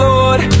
Lord